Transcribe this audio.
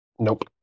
Nope